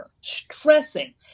stressing